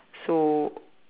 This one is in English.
so